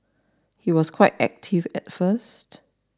he was quite active at first